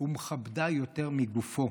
"ומכבדה יותר מגופו",